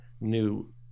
new